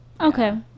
Okay